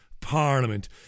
Parliament